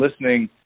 listening